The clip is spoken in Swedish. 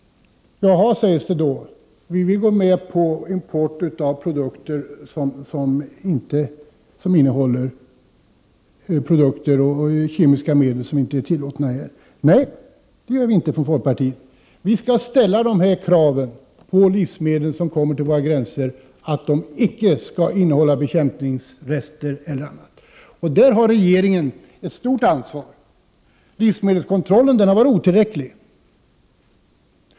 Då sägs det att vi från folkpartiet går med på import av produkter som innehåller kemiska medel som inte är tillåtna i Sverige. Nej, det gör vi inte. Man skall ställa krav på att de livsmedel som kommer till våra gränser inte innehåller rester av bekämpningsmedel. I fråga om detta har regeringen ett stort ansvar. Livsmedelskontrollen har varit otillräcklig.